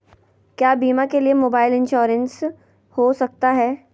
क्या बीमा के लिए मोबाइल इंश्योरेंस हो सकता है?